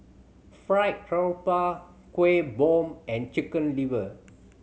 fried grouper Kueh Bom and Chicken Liver